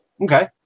Okay